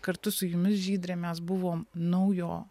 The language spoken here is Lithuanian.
kartu su jumis žydre mes buvom naujo